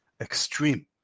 extreme